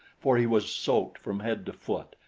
for he was soaked from head to foot,